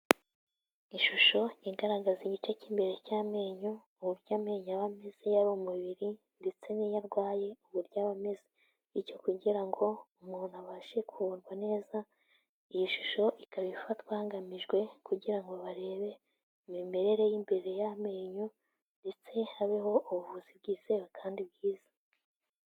Ishusho igaragaza igice k'imbere cy'amenyo, uburyo amenyo aba ameze yari umubiri ndetse n'iyo arwaye uburyo aba ameze. Bityo kugira ngo umuntu abashe kuvurwa neza, iyi shusho ikaba ifatwa hagamijwe kugira ngo barebe imimerere y'imbere y'amenyo ndetse habeho ubuvuzi bwizewe kandi bwiza.